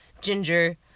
ginger